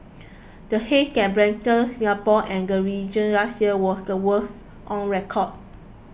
the haze that blanketed Singapore and the region last year was the worst on record